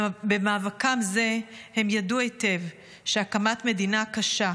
במאבקם זה הם ידעו היטב שהקמת מדינה קשה,